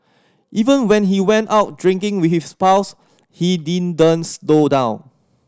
even when he went out drinking with his pals he didn't slow down